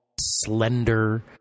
slender